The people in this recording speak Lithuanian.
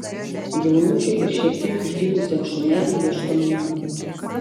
jaunučiui ir šiek tiek išdykusiam šuneliui ieškomi namai